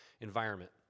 environment